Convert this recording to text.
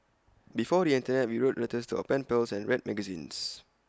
before the Internet we wrote letters to our pen pals and read magazines